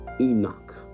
Enoch